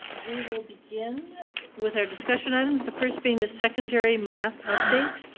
we will begin with our discussion items. the first being the secondary math update.